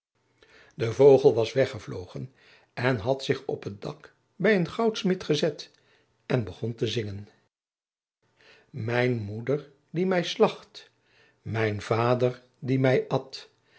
de vogel naar een schoenmaker ging op het dak zitten en zong mijn moeder die mij slacht mijn vader die mij at